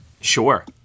Sure